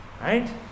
Right